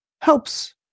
helps